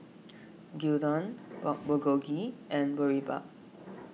Gyudon Pork Bulgogi and Boribap